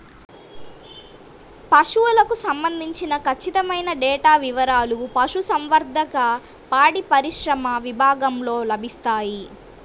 పశువులకు సంబంధించిన ఖచ్చితమైన డేటా వివారాలు పశుసంవర్ధక, పాడిపరిశ్రమ విభాగంలో లభిస్తాయి